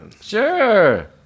Sure